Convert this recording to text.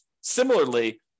Similarly